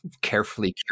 carefully